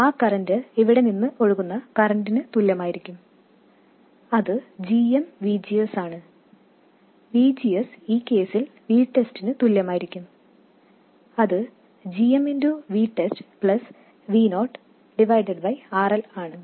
ആ കറൻറ് ഇവിടെ നിന്ന് ഒഴുകുന്ന കറൻറിന് തുല്യമായിരിക്കും അത് gmVGS ആണ് VGS ഈ കേസിൽ VTEST നു തുല്യമായിരിക്കും അത് gmVTEST Vo RL ആണ്